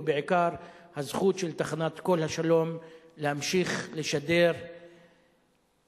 ובעיקר הזכות של תחנת "כל השלום" להמשיך לשדר אחווה,